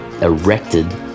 erected